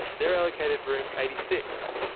they're allocated room eighty six.